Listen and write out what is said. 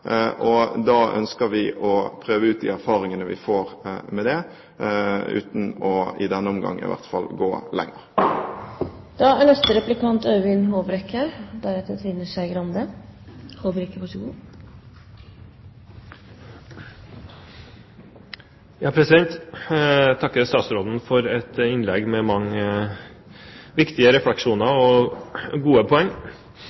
ønsker å prøve ut de erfaringene vi får med det, uten – i denne omgang i hvert fall – å gå lenger.